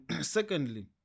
secondly